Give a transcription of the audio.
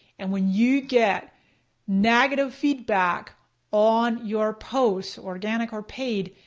and when you get negative feedback on your post, organic or paid,